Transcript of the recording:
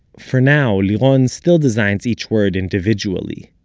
for now, liron still designs each word individually,